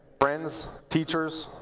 friends, teachers,